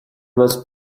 most